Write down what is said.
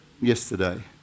yesterday